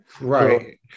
right